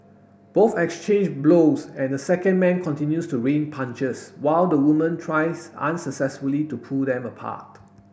both exchange blows and the second man continues to rain punches while the woman tries unsuccessfully to pull them apart